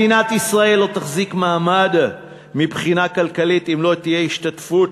מדינת ישראל לא תחזיק מעמד מבחינה כלכלית אם לא תהיה השתתפות